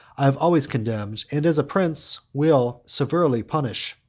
i have always condemned, and, as a prince, will severely punish.